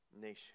nation